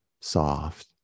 soft